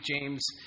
James